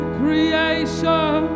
creation